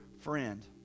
friend